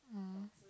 mm